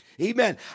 Amen